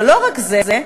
ולא רק זה,